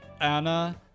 Anna